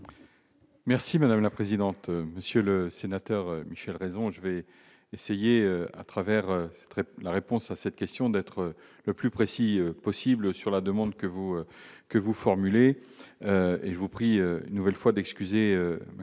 Merci madame la présidente, monsieur le sénateur, Michel Raison, je vais essayer à travers 13 la réponse à cette question, d'être le plus précis possible sur la demande que vous que vous formulez et je vous prie, une nouvelle fois d'excuser ma collègue